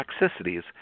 toxicities